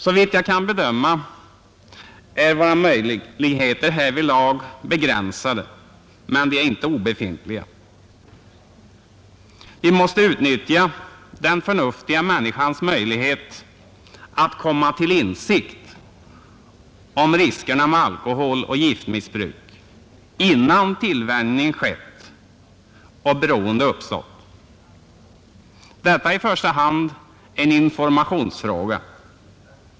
Såvitt jag kan bedöma är våra möjligheter härvidlag begränsade men de är inte obefintliga. Vi måste utnyttja den förnuftiga människans förutsättningar att komma till insikt om riskerna med alkoholoch giftmissbruk innan tillvänjning skett och beroende uppstått. Detta är i första hand en informationsfråga.